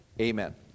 Amen